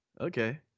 Okay